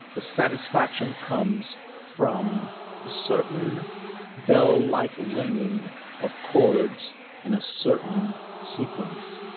the satisfaction comes from a certain bell-like ringing of chords in a certain sequence.